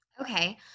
Okay